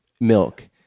milk